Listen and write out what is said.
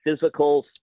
physical